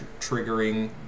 triggering